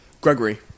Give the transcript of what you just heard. Gregory